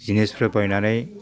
जिनिसफोर बायनानै